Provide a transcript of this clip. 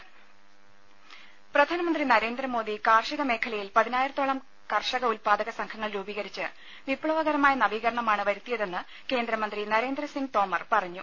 രുമ പ്രധാനമന്ത്രി നരേന്ദ്രമോദി കാർഷിക മേഖലയിൽ പതിനായിരത്തോളം കർഷക ഉല്പാദക സംഘങ്ങൾ രൂപീകരിച്ച് വിപ്ലവകരമായ നവീകരണമാണ് വരുത്തിയതെന്ന് കേന്ദ്രമന്ത്രി നരേന്ദ്രസിംഗ് തോമർ പറഞ്ഞു